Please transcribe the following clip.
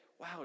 wow